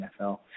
NFL